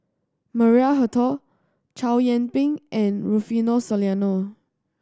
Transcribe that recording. Maria Hertogh Chow Yian Ping and Rufino Soliano